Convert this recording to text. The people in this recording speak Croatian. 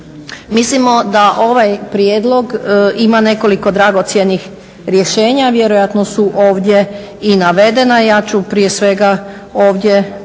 Mislimo da ovaj prijedlog ima nekoliko dragocjenih rješenja. Vjerojatno su ovdje i navedena. Ja ću prije svega ovdje